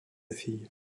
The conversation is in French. fille